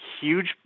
huge